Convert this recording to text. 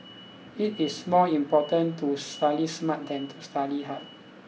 it is more important to study smart than to study hard